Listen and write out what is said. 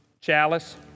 chalice